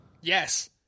Yes